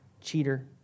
cheater